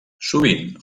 sovint